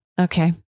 Okay